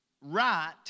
right